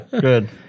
Good